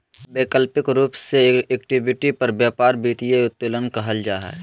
वैकल्पिक रूप से इक्विटी पर व्यापार वित्तीय उत्तोलन कहल जा हइ